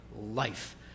Life